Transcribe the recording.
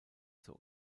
zur